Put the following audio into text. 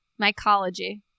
Mycology